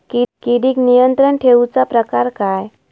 किडिक नियंत्रण ठेवुचा प्रकार काय?